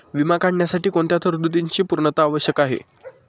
विमा काढण्यासाठी कोणत्या तरतूदींची पूर्णता आवश्यक आहे?